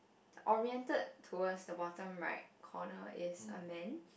oriented towards the bottom right corner is a man